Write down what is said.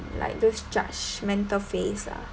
like those judgmental face lah